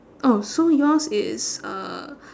oh so yours is uh